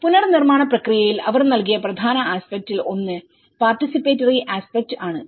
പുനർനിർമ്മാണ പ്രക്രിയയിൽ അവർ നൽകിയ പ്രധാന ആസ്പെക്റ്റിൽ ഒന്ന് പാർട്ടിസിപ്പേറ്ററി ആസ്പെക്ട് ആണ്